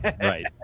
right